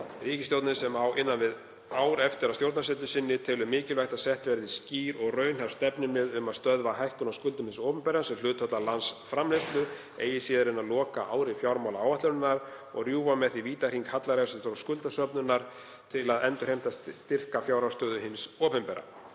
Ríkisstjórnin sem á innan við ár eftir af stjórnarsetu sinni telur mikilvægt að sett verði skýr og raunhæf stefnumið um að stöðva hækkun á skuldum hins opinbera sem hlutfall af landsframleiðslu eigi síðar en á lokaári fjármálaáætlunarinnar og rjúfa með því vítahring hallareksturs og skuldasöfnunar til að endurheimta styrka fjárhagsstöðu hins opinbera,